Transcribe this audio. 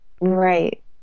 right